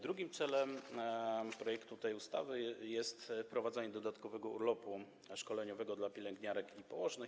Drugim celem projektowanej ustawy jest wprowadzenie dodatkowego urlopu szkoleniowego dla pielęgniarek i położnych.